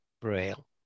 Braille